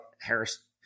Harris